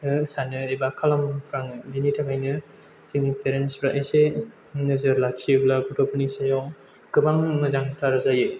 सानो एबा खालामफ्लाङो बेनिथाखायनो जोंनि पेरेन्ट्सफ्रा एसे नोजोर लाखियोब्ला गथ'फोरनि सायाव गोबां मोजांथार जायो